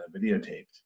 videotaped